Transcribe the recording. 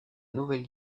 nouvelle